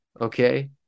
Okay